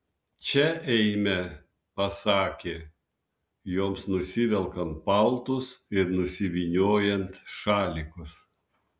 čia eime pasakė joms nusivelkant paltus ir nusivyniojant šalikus